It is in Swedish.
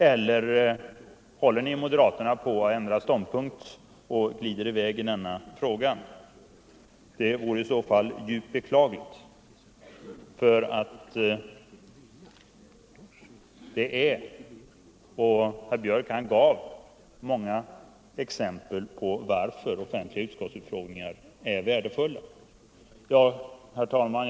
Eller håller moderaterna på att ändra ståndpunkt och glida i väg i denna fråga? Det vore i så fall djupt beklagligt, för offentliga utskottsutfrågningar är värdefulla — herr Björck gav några exempel på det. Herr talman!